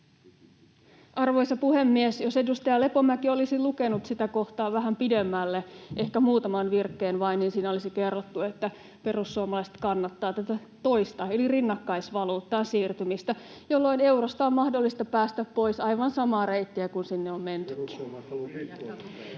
Arvoisa puhemies! Jos edustaja Lepomäki olisi lukenut sitä kohtaa vähän pidemmälle, ehkä muutaman virkkeen vain, niin siinä olisi kerrottu, että perussuomalaiset kannattavat tätä toista, eli rinnakkaisvaluuttaan siirtymistä, jolloin eurosta on mahdollista päästä pois aivan samaa reittiä kuin sinne on mentykin. [Speech 79] Speaker: